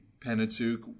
Pentateuch